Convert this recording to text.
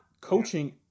coaching